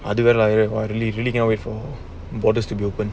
otherwise I really really going away for borders to be open